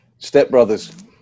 Stepbrothers